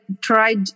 tried